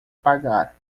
pagar